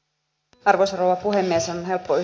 arvoisa rouva puhemies